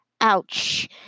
Ouch